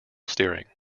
steering